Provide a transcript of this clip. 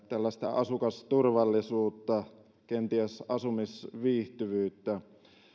asukasturvallisuutta kenties asumisviihtyvyyttä